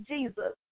Jesus